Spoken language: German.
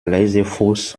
leisefuchs